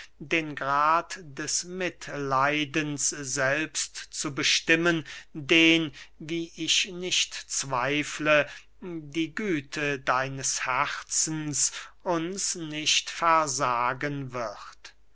den grad des mitleidens selbst zu bestimmen den wie ich nicht zweifle die güte deines herzens uns nicht versagen wird